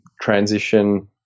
transition